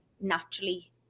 naturally